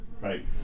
right